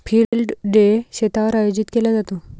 field day शेतावर आयोजित केला जातो